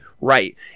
right